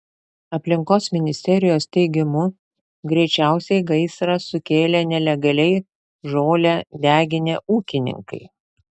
aplinkos ministerijos teigimu greičiausiai gaisrą sukėlė nelegaliai žolę deginę ūkininkai